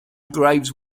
graves